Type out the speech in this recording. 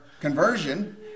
conversion